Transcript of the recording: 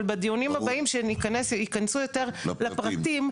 אבל בדיונים הבאים שייכנסו יותר לפרטים,